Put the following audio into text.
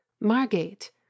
Margate